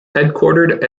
headquartered